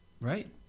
right